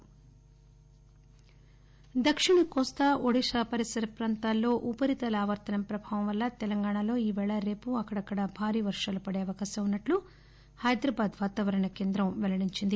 వర్షాలు దక్షిణ కోస్తా ఒడికా పరిసర ప్రాంతాల్లో ఉపరితల ఆవర్తనం ప్రభావం వల్ల తెలంగాణలో ఈ రోజు రేపు అక్కడక్కడా భారీ వర్షాలు పడే అవకాశం ఉన్నట్లు హైదరాబాద్ వాతావరణ కేంద్రం వెల్లడించింది